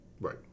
Right